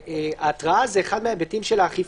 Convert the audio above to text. התרעה היא אחד ההיבטים של האכיפה.